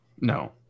no